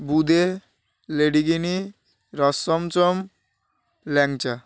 বোঁদে লেডিগিনি রশমচম ল্যাংচা